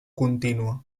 contínua